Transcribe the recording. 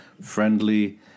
friendly